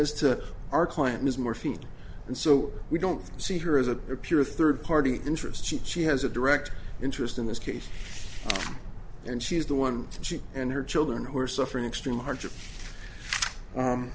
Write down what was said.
to our client ms murphy and so we don't see her as a pure third party interest she she has a direct interest in this case and she is the one she and her children who are suffering extreme